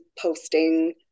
posting